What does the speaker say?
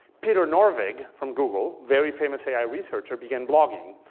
peter norvig from google, very famous ai researcher began blogging.